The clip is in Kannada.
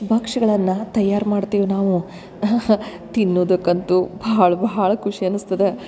ಭಕ್ಷ್ಯಗಳನ್ನ ತಯಾರು ಮಾಡ್ತಿವಿ ನಾವು ತಿನ್ನುದಕ್ಕೆ ಅಂತು ಭಾಳ ಭಾಳ ಖುಷಿ ಅನ್ಸ್ತದ